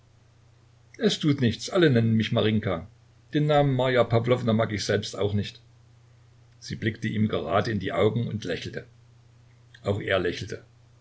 es tut nichts alle nennen mich marinjka den namen marja pawlowna mag ich auch selbst nicht sie blickte ihm gerade in die augen und lächelte auch er lächelte